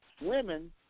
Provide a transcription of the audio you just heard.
Women